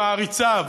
למעריציו,